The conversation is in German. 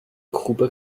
grube